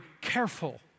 careful